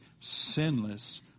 sinless